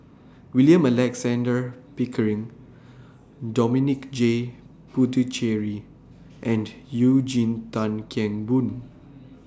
William Alexander Pickering Dominic J Puthucheary and Eugene Tan Kheng Boon